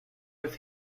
with